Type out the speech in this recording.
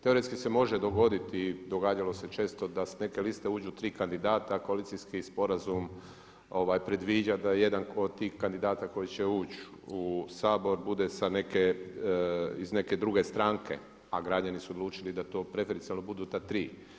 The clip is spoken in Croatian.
Teoretski se može dogoditi i događalo se često da s neke liste uđu tri kandidata, koalicijski sporazum predviđa da jedan od tih kandidata koji će ući u Saboru bude iz neke druge stranke, a građani su odlučili da to preferencijalno budu ta tri.